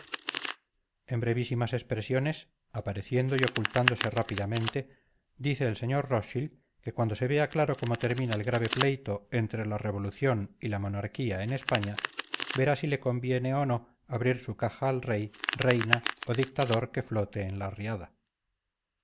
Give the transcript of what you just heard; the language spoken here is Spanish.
en brevísimas expresiones apareciendo y ocultándose rápidamente dice el sr rostchild que cuando se vea claro cómo termina el grave pleito entre la revolución y la monarquía en españa verá si le conviene o no abrir su caja al rey reina o dictador que flote en la riada